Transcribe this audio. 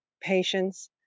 patience